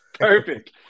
Perfect